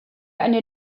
einer